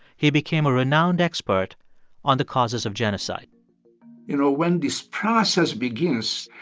he became a renowned expert on the causes of genocide you know, when this process begins,